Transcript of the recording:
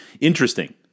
Interesting